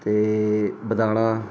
ਅਤੇ ਬਦਾਣਾ